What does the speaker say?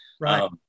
right